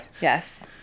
yes